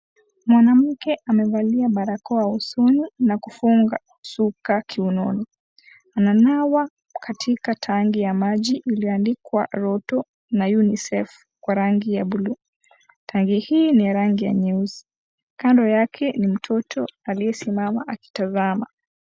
Mwanamke amevalia barakoa usoni na kufunga shuka kiunoni. Ananawa katika tanki ya maji iliyoandikwa Roto na UNICEF kwa rangi ya bluu. Tanki hii ni ya rangi nyeusi. Kando yake ni mtoto aliyesimama akitazama.